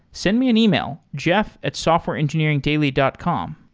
send me an email, jeff at softwareengineeringdaily dot com.